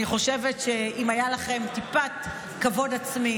אני חושבת שאם היה לכם טיפת כבוד עצמי,